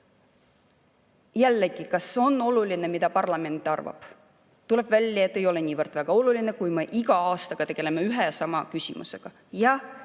Jällegi, kas on oluline, mida parlament arvab? Tuleb välja, et ei ole nii väga oluline, kui me iga aasta tegeleme ühe ja sama küsimusega.